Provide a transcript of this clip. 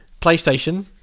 PlayStation